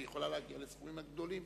היא יכולה להגיע לסכומים הגדולים.